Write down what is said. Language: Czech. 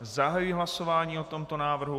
Zahajuji hlasování o tomto návrhu.